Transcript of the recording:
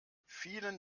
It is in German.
vielen